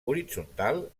horitzontal